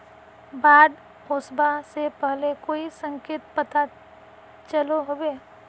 बाढ़ ओसबा से पहले कोई संकेत पता चलो होबे?